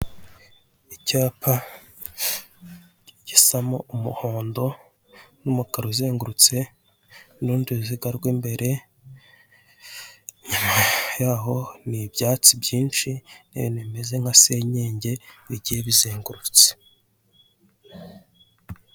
Icyapa gisamo umuhondo n'umukara uzengurutse, n'uruziga rw'imbere inyuma yaho nibyatsi byinshi, bimeze nka senyenge bigihe bizengurutse.